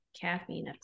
caffeine